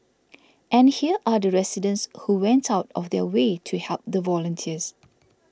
and here are the residents who went out of their way to help the volunteers